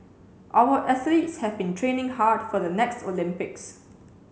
our athletes have been training hard for the next Olympics